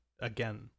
again